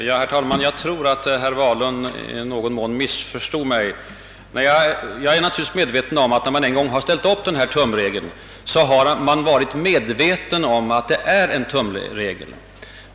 Herr talman! Jag tror att herr Wahlund i någon mån missförstod mig. Naturligtvis är jag medveten om att när man en gång har uppställt tumregeln, så har man varit medveten om att det varit en tumregel.